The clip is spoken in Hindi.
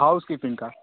हाउस कीपिंग का